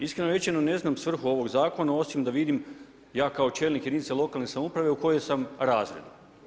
Iskreno rečeno ne znam svrhu ovog zakona osim da vidim ja kao čelnik jedinice lokalne samouprave u kojem sam razredu.